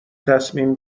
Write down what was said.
تصمیم